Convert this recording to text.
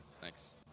Thanks